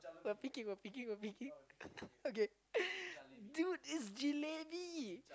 we're peaking we're peaking we're peaking okay dude it's jalebi